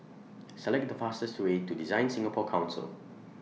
Select The fastest Way to DesignSingapore Council